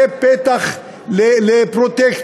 זה פתח לפרוטקציות.